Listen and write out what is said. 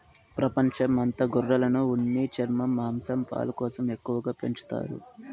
ప్రపంచం అంత గొర్రెలను ఉన్ని, చర్మం, మాంసం, పాలు కోసం ఎక్కువగా పెంచుతారు